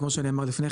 כמו שנאמר לפני כן,